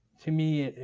to me,